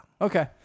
Okay